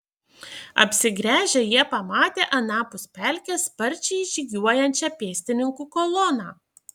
apsigręžę jie pamatė anapus pelkės sparčiai žygiuojančią pėstininkų koloną